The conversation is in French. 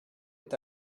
est